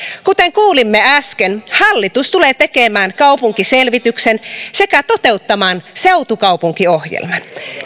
kuten kuulimme äsken hallitus tulee tekemään kaupunkiselvityksen sekä toteuttamaan seutukaupunkiohjelman